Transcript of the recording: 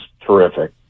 terrific